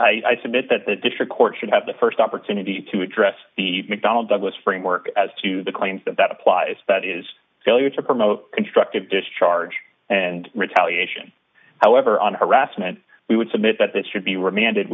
that i submit that the district court should have the st opportunity to address the mcdonnell douglas framework as to the claims that that applies that is failure to promote constructive discharge and retaliation however on harassment we would submit that this should be remanded